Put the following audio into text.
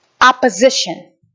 opposition